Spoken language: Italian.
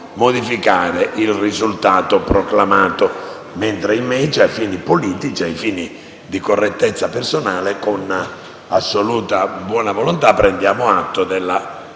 modificare il risultato proclamato; a fini politici e di correttezza personale, con assoluta buona volontà, prendiamo atto della